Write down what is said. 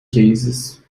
cases